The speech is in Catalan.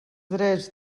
drets